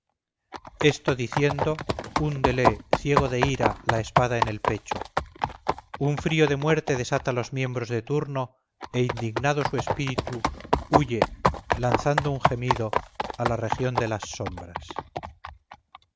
esto diciendo húndele ciego de ira la espada en el pecho un frío de muerte desata los miembros de turno e indignado su espíritu huye lanzando un gemido a la región de las sombras